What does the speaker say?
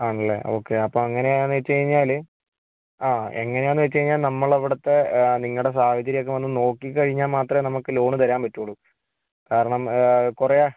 ആണല്ലേ ഓക്കെ അപ്പം അങ്ങനെയാന്നു വെച്ചു കഴിഞ്ഞാല് ആ എങ്ങനെയാന്നു വെച്ചു കഴിഞ്ഞാൽ നമ്മളവിടുത്തെ നിങ്ങളുടെ സാഹചര്യം ഒക്കെ വന്നു നോക്കി കഴിഞ്ഞാൽ മാത്രമേ നമുക്ക് ലോണ് തരാൻ പറ്റുവൊള്ളൂ കാരണം കുറെ